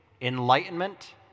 enlightenment